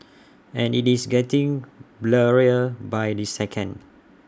and IT is getting blurrier by the second